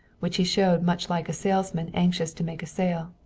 which he showed much like a salesman anxious to make a sale.